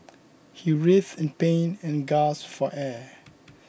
he writhed in pain and gasped for air